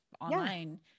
online